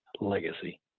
legacy